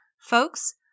Folks